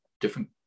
different